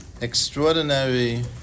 Extraordinary